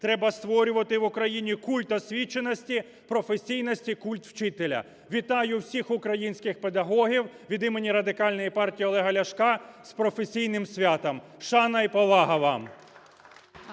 Треба створювати в Україні культ освіченості, професійності, культ вчителя. Вітаю всіх українських педагогів від імені Радикальної партії Олега Ляшка з професійним святом! Шана і повага вам!